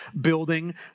building